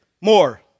More